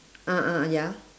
ah ah ya